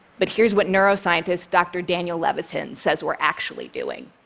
but here's what neuroscientist dr. daniel levitin says we're actually doing.